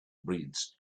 bridge